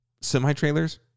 semi-trailers